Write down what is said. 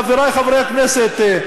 חברי חברי הכנסת,